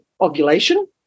ovulation